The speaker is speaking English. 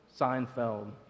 Seinfeld